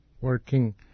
working